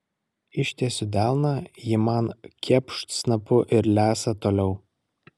ištiesiu delną ji man kepšt snapu ir lesa toliau